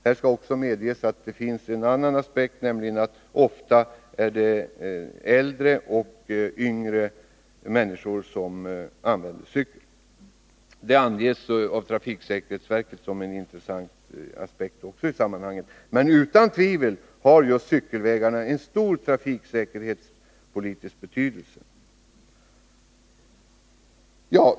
Här skall också medges att det finns en annan aspekt på frågan, nämligen att det ofta är äldre och även yngre människor som använder cykel. Detta anges också av trafiksäkerhetsverket som en intressant aspekt i sammanhanget. Men utan tvivel har cykelvägarna en stor trafiksäkerhetspolitisk betydelse.